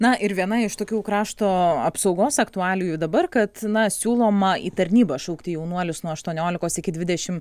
na ir viena iš tokių krašto apsaugos aktualijų dabar kad na siūloma į tarnybą šaukti jaunuolius nuo aštuoniolikos iki dvidešimt